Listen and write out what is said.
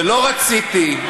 ולא רציתי,